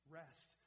rest